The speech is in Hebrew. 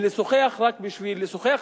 ולשוחח רק בשביל לשוחח,